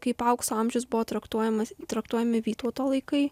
kaip aukso amžius buvo traktuojamas traktuojami vytauto laikai